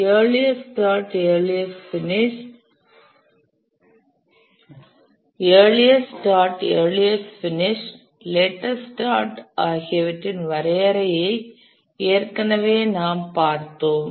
earliest start earliest finish latest start ஆகியவற்றின் வரையறையை ஏற்கனவே நாம் பார்த்தோம்